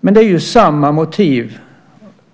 Men det är samma motiv